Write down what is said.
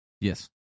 Yes